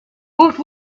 woot